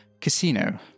casino